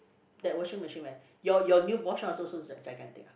that washing machine when your your new Bosch one also so gigantic ah